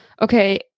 Okay